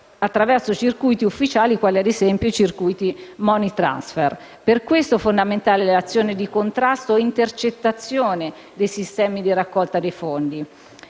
attraverso circuiti ufficiali quali ad esempio i circuiti *money transfer*. Per questo, fondamentale è l'azione di contrasto e intercettazione dei sistemi di raccolta fondi.